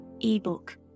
ebook